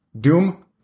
Doom